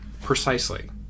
Precisely